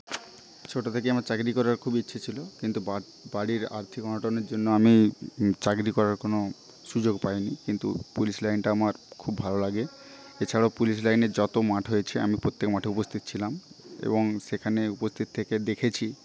ছোটো থেকেই আমার চাকরি করার খুব ইচ্ছে ছিল কিন্তু বা বাড়ির আর্থিক অনটনের জন্য আমি চাকরি করার কোন সুযোগ পায়নি কিন্তু পুলিশ লাইনটা আমার খুব ভালো লাগে এছাড়াও পুলিশ লাইনের যত মাঠ হয়েছে আমি প্রত্যেক মাঠে উপস্থিত ছিলাম এবং সেখানে উপস্থিত থেকে দেখেছি